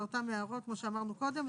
באותן הערות כמוש אמרנו קודם.